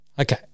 Okay